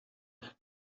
que